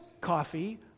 coffee